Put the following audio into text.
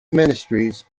ministries